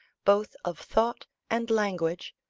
both of thought and language,